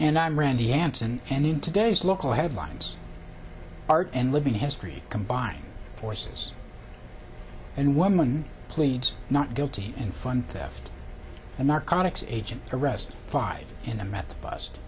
and i'm randy anson and in today's local headlines art and living history combine forces and woman pleads not guilty and fun theft and narcotics agent arrests five and a meth bust